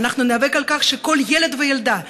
ואנחנו ניאבק על כך שכל ילד וילדה,